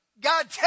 God